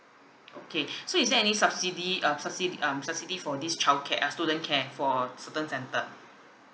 okay so is there any subsidy uh subsidy um subsidy for this childcare uh student care for a certain centre